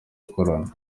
gukorana